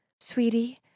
sweetie